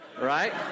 right